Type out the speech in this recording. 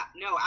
no